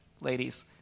ladies